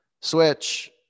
switch